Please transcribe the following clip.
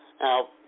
Now